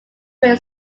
where